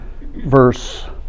verse